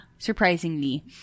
Surprisingly